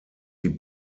die